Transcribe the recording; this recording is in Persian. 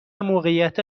موقعیت